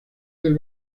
del